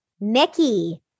Mickey